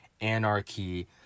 anarchy